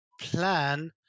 plan